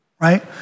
right